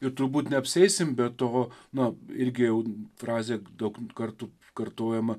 ir turbūt neapsieisim be tavo na irgi jau frazė daug kartų kartojama